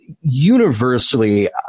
Universally